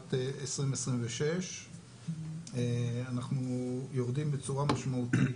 בשנת 2026. אנחנו יורדים בצורה משמעותית